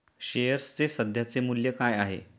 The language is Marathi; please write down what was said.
शेअर्सचे सध्याचे मूल्य काय आहे?